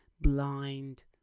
blind